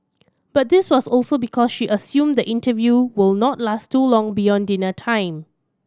but this was also because she assumed the interview will not last too long beyond dinner time